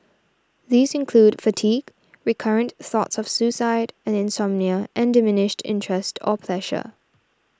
these include fatigue recurrent thoughts of suicide insomnia and diminished interest or pleasure